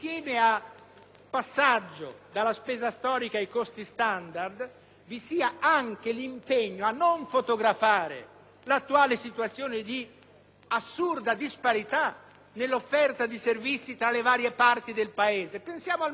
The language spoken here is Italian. passaggio dalla spesa storica ai costi standard, vi deve essere anche l'impegno a non fotografare l'attuale situazione di assurda disparità nell'offerta di servizi tra le varie parti del Paese, ad esempio